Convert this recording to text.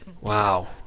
Wow